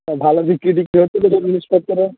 তা ভালো বিক্রি টিক্রি হচ্ছে তো সব জিনিসপত্র